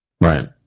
Right